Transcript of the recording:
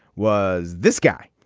was this guy